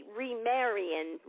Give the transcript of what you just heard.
remarrying